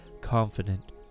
confident